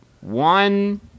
one